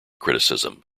criticism